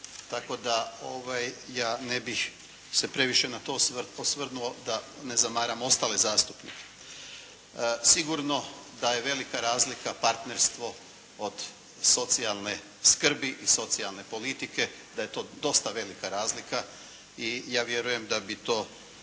tako da ja ne bih se previše na to osvrnuo da ne zamaram ostale zastupnike. Sigurno da je velika razlika partnerstvo od socijalne skrbi i socijalne politike, da je to dosta velika razlika i ja vjerujem da bi to